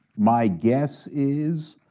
my guess is